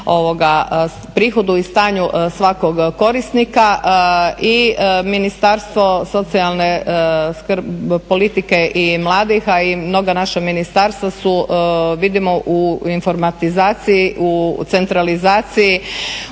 prihodu i stanju svakog korisnika. I Ministarstvo socijalna politike i mladih a i mnoga naša ministarstva su vidimo u informatizaciji, centralizaciji,